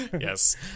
Yes